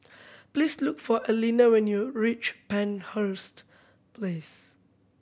please look for Elena when you reach Penhurst Place